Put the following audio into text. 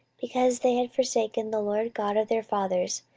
because they had forsaken the lord god of their fathers.